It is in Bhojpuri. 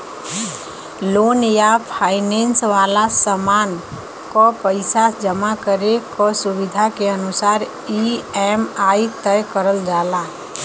लोन या फाइनेंस वाला सामान क पइसा जमा करे क सुविधा के अनुसार ई.एम.आई तय करल जाला